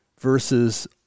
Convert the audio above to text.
versus